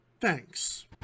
thanks